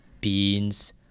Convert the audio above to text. beans